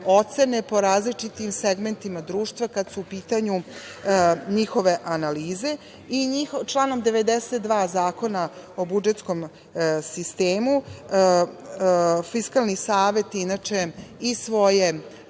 ocene po različitim segmentima društva kada su pitanju njihove analize i članom 92. Zakona o budžetskom sistemu Fiskalni savet inače